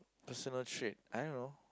personal trait I don't know